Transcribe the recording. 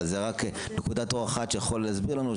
אבל זה רק נקודת אור שיכולה להסביר לנו,